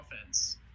offense